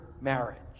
marriage